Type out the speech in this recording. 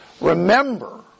Remember